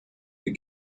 you